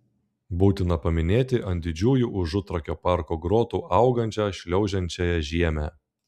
būtina paminėti ant didžiųjų užutrakio parko grotų augančią šliaužiančiąją žiemę